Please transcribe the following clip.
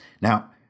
Now